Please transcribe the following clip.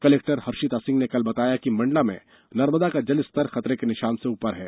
collector Harshita Singh ने कल बताया कि मंडला में नर्मदा का जल स्तर खतरे के निशान से ऊपर है